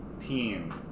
team